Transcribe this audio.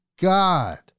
God